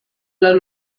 las